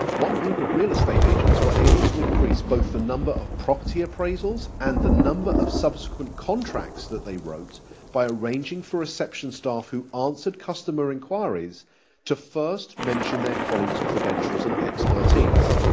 one group of real estate agents were able to increase both the number of property appraisals and the number of subsequent contracts that they wrote by arranging for reception staff who answered customer enquiries to first mention their colleagues' credentials and expertise.